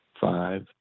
five